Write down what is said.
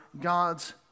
God's